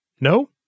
No